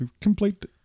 Complete